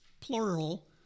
plural